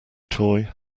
toy